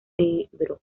cedro